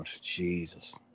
Jesus